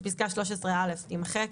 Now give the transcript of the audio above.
פסקה (13א) תימחק,